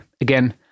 Again